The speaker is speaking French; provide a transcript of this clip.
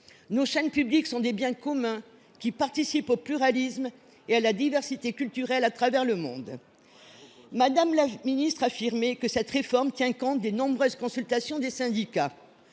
Nos chaînes publiques sont un bien commun, qui contribue au pluralisme et à la diversité culturelle à travers le monde. Mme la ministre affirmait que cette réforme tenait compte des nombreuses consultations des syndicats.